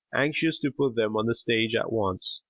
anxious to put them on the stage at once.